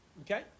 okay